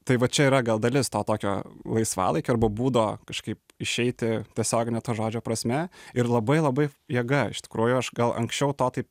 tai va čia yra gal dalis to tokio laisvalaikio arba būdo kažkaip išeiti tiesiogine to žodžio prasme ir labai labai jėga iš tikrųjų aš gal anksčiau to taip